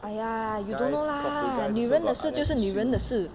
!aiya! you don't know lah 女人的事就是女人的事